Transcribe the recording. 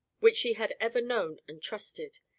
which she had ever known and trusted.